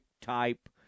type